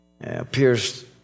appears